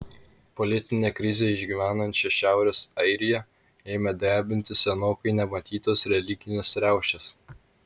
politinę krizę išgyvenančią šiaurės airiją ėmė drebinti senokai nematytos religinės riaušės